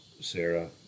Sarah